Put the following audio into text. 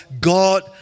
God